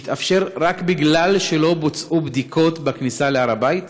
שהתאפשר רק כי לא בוצעו בדיקות בכניסה להר הבית?